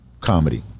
comedy